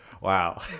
Wow